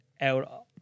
out